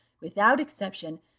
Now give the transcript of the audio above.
without exception,